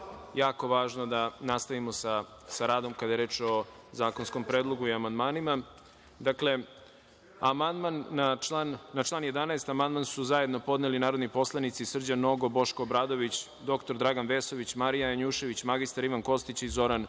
jako važno da nastavimo sa radom kada je reč o zakonskom predlogu i amandmanima. Na član 11. amandman su zajedno podneli narodni poslanici Srđan Nogo, Boško Obradović, dr Dragan Vesović, Marija Janjušević, magistar Ivan Kostić i Zoran Radojičić. Da